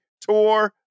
Tour